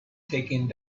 taking